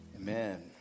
Amen